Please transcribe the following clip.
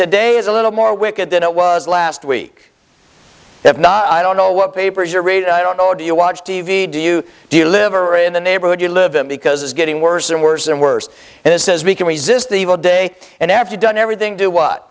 today is a little more wicked than it was last week if not i don't know what papers are read i don't know do you watch t v do you do you live or in the neighborhood you live in because it's getting worse and worse and worse and it says we can resist the evil day and after done everything do what